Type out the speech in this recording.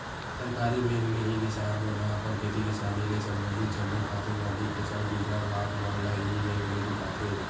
सहकारी बेंक ले ही किसान मन ह अपन खेती किसानी ले संबंधित जम्मो खातू माटी के संग बीजहा भात मन ल इही बेंक ले जुटाथे